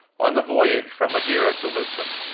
on the voyage from madeira to lisbon.